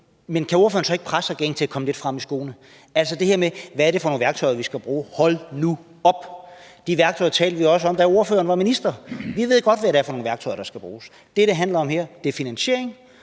måde: Kan ordføreren så ikke presse regeringen til at komme lidt frem i skoene? Altså, det her med, hvad det er for nogle værktøjer, vi skal bruge: Hold nu op. De værktøjer talte vi også om, da ordføreren var minister. Vi ved godt, hvad det er for nogle værktøjer, der skal bruges. Det, det handler om her, er finansiering,